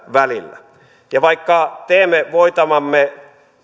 välillä ja vaikka teemme voitavamme